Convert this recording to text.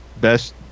best